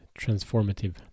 transformative